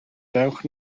dewch